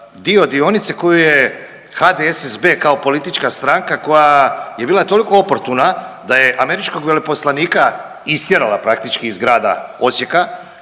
dio dionice koju je HDSSB kao politička stranka koja je bila toliko oportuna da je američkog veleposlanika istjerala praktički iz Grada Osijeka